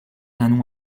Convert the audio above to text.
d’un